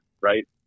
right